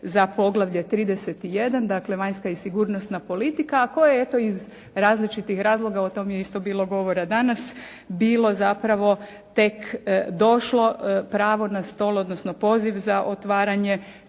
za poglavlje 31., dakle Vanjska i sigurnosna politika, a koje, eto iz različitih razloga, o tom je isto bilo govora danas bilo zapravo tek došlo pravo na stol, odnosno poziv za otvaranje